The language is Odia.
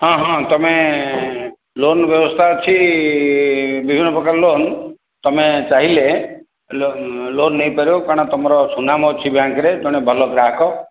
ହଁ ହଁ ତୁମେ ଲୋନ୍ ବ୍ୟବସ୍ଥା ଅଛି ବିଭିନ୍ନପ୍ରକାର ଲୋନ୍ ତୁମେ ଚାହିଁଲେ ଲୋନ୍ ଲୋନ୍ ନେଇପାରିବ କାରଣ ତୁମର ସୁନାମ ଅଛି ବ୍ୟାଙ୍କ୍ରେ ଜଣେ ଭଲ ଗ୍ରାହକ